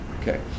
Okay